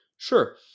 Sure